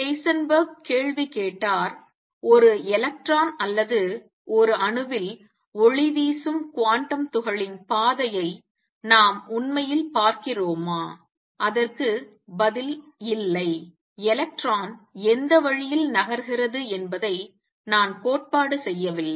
Heisenberg கேள்வி கேட்டார் ஒரு எலக்ட்ரான் அல்லது ஒரு அணுவில் ஒளிவீசும் குவாண்டம் துகளின் பாதையை நாம் உண்மையில் பார்க்கிறோமோ அதற்கு பதில் இல்லை எலக்ட்ரான் எந்த வழியில் நகர்கிறது என்பதை நான் கோட்பாடு செய்யவில்லை